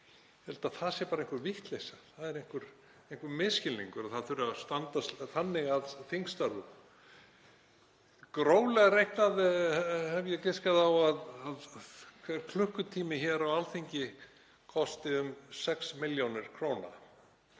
það sé bara einhver vitleysa, einhver misskilningur, að þannig þurfi að standa að þingstörfum. Gróflega reiknað hef ég giskað á að hver klukkutími hér á Alþingi kosti um 6 millj. kr.